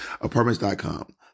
Apartments.com